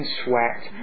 sweat